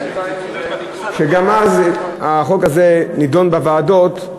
שגם אז החוק הזה נדון בוועדות,